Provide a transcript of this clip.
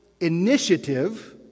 initiative